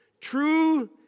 true